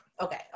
Okay